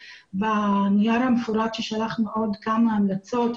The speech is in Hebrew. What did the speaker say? בנייר המפורט ששלחנו הוספנו עוד כמה המלצות.